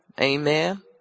Amen